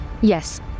Yes